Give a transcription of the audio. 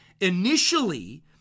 initially